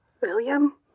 William